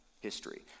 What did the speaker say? history